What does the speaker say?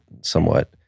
somewhat